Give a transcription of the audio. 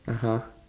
(uh huh)